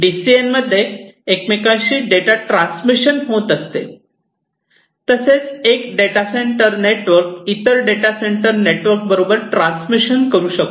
D C N मध्ये एकमेकांशी data transmission होत असते तसेच एक डेटा सेंटर नेटवर्क इतर डेटा सेंटर नेटवर्क बरोबर ट्रान्समिशन करू शकतो